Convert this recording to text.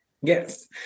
Yes